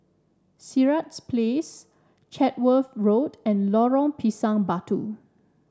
Sirat Place Chatsworth Road and Lorong Pisang Batu